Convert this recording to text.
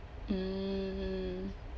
mm